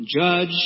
Judge